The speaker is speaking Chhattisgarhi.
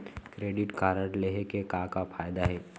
क्रेडिट कारड लेहे के का का फायदा हे?